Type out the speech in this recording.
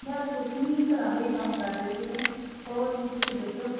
ਬਸ ਕੁਛ ਨਹੀਂ ਘਰਾਂ ਦੇ ਹੀ ਕੰਮ ਕਰਦੇ ਸੀਗੇ ਹੋਰ ਤੁਸੀਂ ਦੱਸੋ